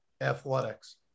athletics